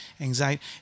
anxiety